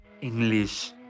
English